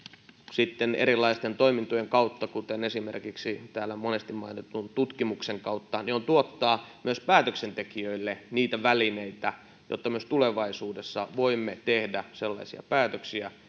sitten erilaisten toimintojen kautta esimerkiksi täällä monesti mainitun tutkimuksen kautta on tuottaa myös päätöksentekijöille niitä välineitä jotta myös tulevaisuudessa voimme tehdä sellaisia päätöksiä